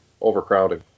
overcrowding